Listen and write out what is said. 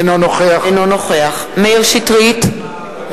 אינו נוכח מאיר שטרית,